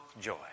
joy